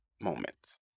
moments